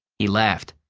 he laughed.